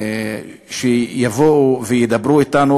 שיבואו וידברו אתנו,